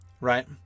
right